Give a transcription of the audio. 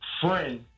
friend